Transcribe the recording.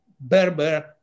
Berber